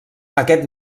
aquest